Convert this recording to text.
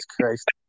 Christ